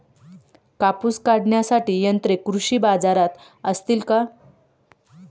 कापूस काढण्याची यंत्रे कृषी बाजारात असतील का?